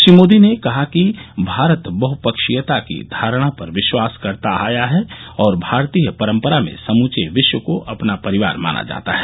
श्री मोदी ने कहा कि भारत बहुपक्षीयता की धारणा पर विश्वास करता आया है और भारतीय परंपरा में समूचे विश्व को अपना परिवार माना जाता है